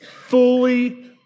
fully